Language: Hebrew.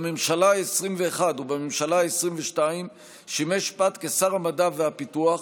בממשלה העשרים-אחת ובממשלה העשרים-ושתיים שימש פת כשר המדע והפיתוח,